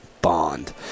bond